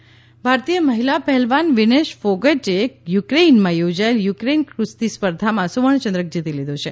વિનેશ ફોગટ ભારતીય મહિલા પહેલવાન વિનેશ ફોગટે યુક્રેઈનમાં યોજાયેલ યુક્રેઈન કુસ્તી સ્પર્ધામાં સુવર્ણચંદ્રક જીતી લીધો છે